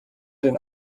den